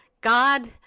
God